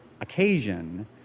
occasion